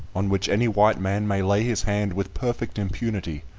on which any white man may lay his hand with perfect impunity.